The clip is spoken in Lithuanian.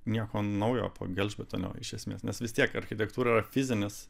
nieko naujo po gelžbetonio iš esmės nes vis tiek architektūra yra fizinis